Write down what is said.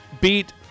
beat